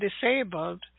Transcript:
disabled